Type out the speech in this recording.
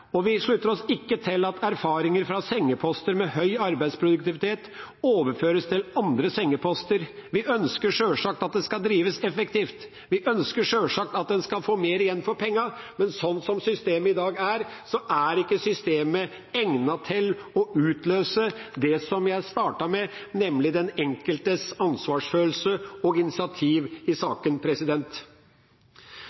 Vi slutter oss ikke til at erfaringer fra sengeposter med høy arbeidsproduktivitet overføres til andre sengeposter. Vi ønsker sjølsagt at det skal drives effektivt, vi ønsker sjølsagt at en skal få mer igjen for pengene, men slik systemet i dag er, er ikke systemet egnet til å utløse det som jeg startet med, nemlig den enkeltes ansvarsfølelse og initiativ i